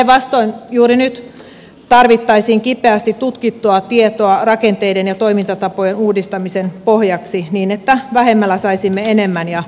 päinvastoin juuri nyt tarvittaisiin kipeästi tutkittua tietoa rakenteiden ja toimintatapojen uudistamisen pohjaksi niin että vähemmällä saisimme enemmän ja parempaa